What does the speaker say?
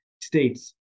states